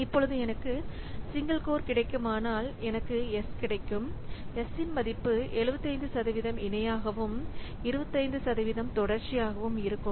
இப்பொழுது எனக்கு single core கிடைக்குமானால் எனக்கு S கிடைக்கும் Sன் மதிப்பு 75 இணையாகவும் 25 தொடர்ச்சியாகவும் இருக்கும்